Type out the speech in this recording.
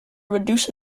reduce